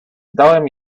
dałem